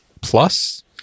plus